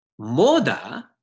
Moda